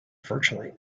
virtually